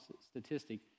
statistic